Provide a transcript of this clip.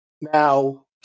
Now